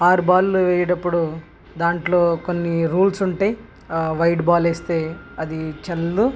ఆరు బాళ్లు వేసేటప్పుడు దాంట్లో కొన్ని రూల్స్ ఉంటాయి వైడ్ బాల్ వేస్తే అది చెల్లదు